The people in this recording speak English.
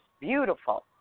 beautiful